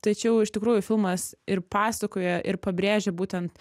tačiau iš tikrųjų filmas ir pasakoja ir pabrėžia būtent